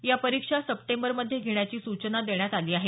या परीक्षा सप्टेंबरमध्ये घेण्याची सूचना देण्यात आली आहे